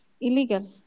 Illegal